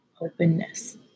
openness